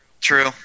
True